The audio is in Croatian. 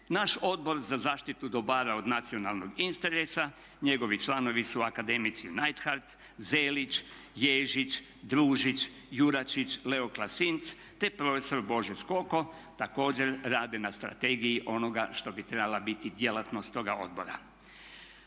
Naš Odbor za zaštitu dobara od nacionalnog interesa, njegovi članovi su akademici Neidhardt, Zelić, Ježić, Družić, Juračić, Leo Klasinc te prof. Božo Skoko također rade na strategiji onoga što bi trebala biti djelatnost toga odbora.